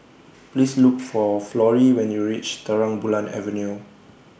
Please Look For Florrie when YOU REACH Terang Bulan Avenue